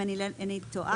אם אינני טועה,